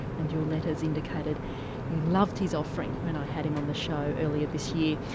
and your letters indicated you loved his offering when i had him on the show earlier this year.